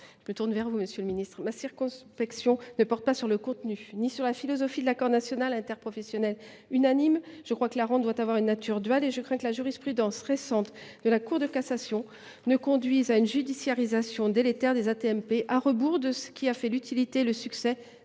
Je me tourne vers vous, monsieur le ministre : ma circonspection ne porte pas sur le contenu ni sur la philosophie de l’accord national interprofessionnel unanimement signé par les partenaires sociaux. Je crois que la rente doit avoir une nature duale, et je crains que la récente jurisprudence de la Cour de cassation ne conduise à une judiciarisation délétère des AT MP, à rebours de ce qui a fait l’utilité et le succès